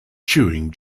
chewing